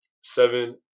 Seven